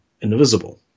invisible